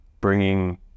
bringing